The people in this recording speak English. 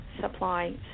supply